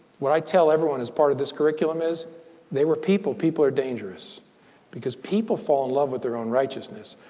when i tell everyone is part of this curriculum is they were. people people are dangerous because people fall in love with their own righteousness.